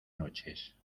noches